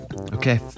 Okay